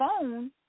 phone